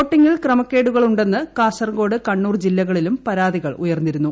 വോട്ടിംഗിൽ ക്രമക്കേടുകൾ ഉണ്ടെന്ന് കാസർഗോഡ് കണ്ണൂർ ജില്ലകളിലും പരാതികൾ ഉയർന്നിരുന്നു